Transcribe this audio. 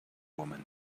woman